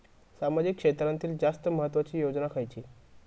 सामाजिक क्षेत्रांतील जास्त महत्त्वाची योजना खयची?